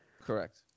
correct